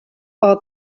are